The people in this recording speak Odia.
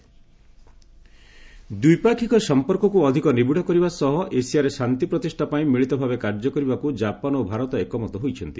ରାଜନାଥ ଦ୍ୱିପାକ୍ଷିକ ସମ୍ପର୍କକୁ ଅଧିକ ନିବିଡ଼ କରିବା ସହ ଏସିଆରେ ଶାନ୍ତି ପ୍ରତିଷ୍ଠା ପାଇଁ ମିଳିତ ଭାବେ କାର୍ଯ୍ୟ କରିବାକୁ ଜାପାନ୍ ଓ ଭାରତ ଏକମତ ହୋଇଛନ୍ତି